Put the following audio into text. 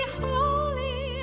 holy